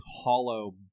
hollow